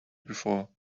before